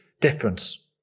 difference